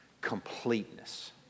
completeness